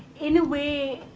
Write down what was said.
in a way,